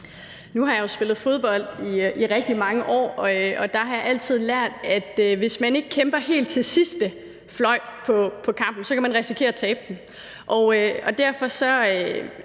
Nu har jeg jo spillet fodbold i rigtig mange år, og der har jeg altid lært, at hvis man ikke kæmper helt til sidste fløjt i kampen, kan man risikere at tabe den.